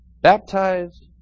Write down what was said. Baptized